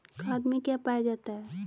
खाद में क्या पाया जाता है?